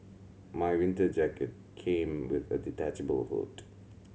my winter jacket came with a detachable hood